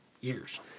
years